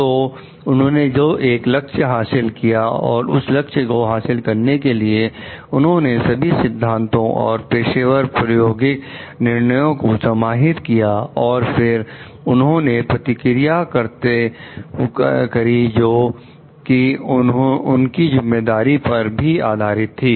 तो उन्होंने जो एक लक्ष्य हासिल किया और उस लक्ष्य को हासिल करने के लिए उन्होंने सभी सिद्धांतों और पेशेवर प्रायोगिक निर्णयो को समाहित किया और फिर उन्होंने प्रतिक्रिया करें जो कि उनकी जिम्मेदारी पर भी आधारित थी